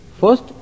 first